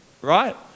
right